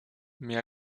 mais